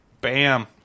Bam